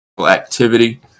activity